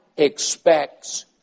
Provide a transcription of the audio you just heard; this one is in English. expects